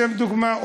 לשם דוגמה,